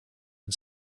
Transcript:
and